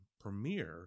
premiere